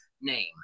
name